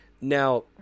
Now